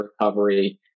recovery